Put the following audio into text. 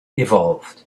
evolved